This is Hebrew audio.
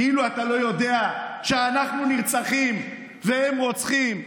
כאילו אתה לא יודע שאנחנו נרצחים והם רוצחים,